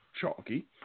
chalky